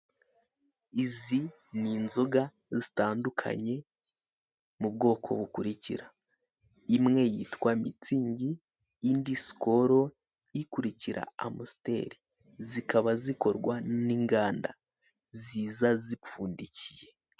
Izi ni inzoga zitandukanye mu bwoko bukurikira imwe yitwa mitsingi indi sikoro ikurikira amusiteri zikaba zikorwa n'inganda ziza zipfundikiye.